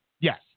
Yes